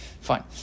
Fine